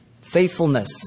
Faithfulness